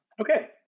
Okay